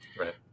Right